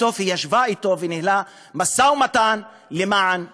בסוף היא ישבה אתו וניהלה משא-ומתן למען שלום.